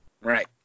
Right